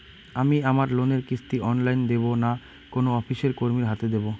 আমি আমার লোনের কিস্তি অনলাইন দেবো না কোনো অফিসের কর্মীর হাতে দেবো?